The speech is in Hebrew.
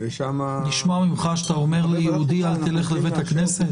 לשמוע ממך שאתה אומר ליהודי אל תלך לבית הכנסת?